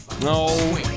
No